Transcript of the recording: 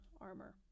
armor